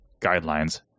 guidelines